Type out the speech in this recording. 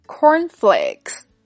Cornflakes